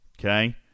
Okay